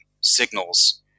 signals